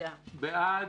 מי בעד?